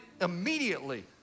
immediately